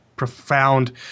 profound –